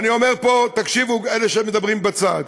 ואני אומר פה, תקשיבו, אלה שמדברים בצד: